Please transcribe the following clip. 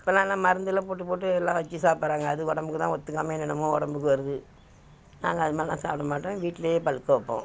இப்போலலாம் மருந்துலாம் போட்டு போட்டு எல்லாம் வச்சி சாப்பிட்றாங்க அது உடம்புக்குதான் ஒத்துக்காமல் என்னென்னமோ உடம்புக்கு வருது நாங்கள் அதுமாதிர்லாம் சாப்பிட மாட்டோம் வீட்லேயே பழுக்க வைப்போம்